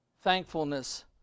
thankfulness